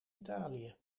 italië